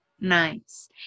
Nice